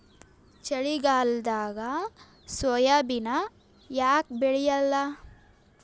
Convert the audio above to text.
ಚಳಿಗಾಲದಾಗ ಸೋಯಾಬಿನ ಯಾಕ ಬೆಳ್ಯಾಲ?